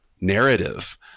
narrative